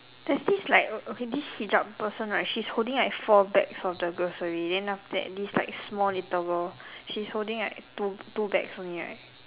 there's this like o~ okay this hijab person right she's holding like four bags of the grocery then after that this like small little girl she's holding like two two bags only right